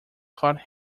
caught